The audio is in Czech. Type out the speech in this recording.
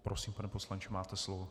Prosím, pane poslanče, máte slovo.